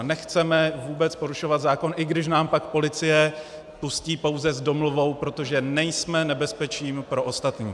Nechceme vůbec porušovat zákon, i když nás pak policie pustí pouze s domluvou, protože nejsme nebezpeční pro ostatní.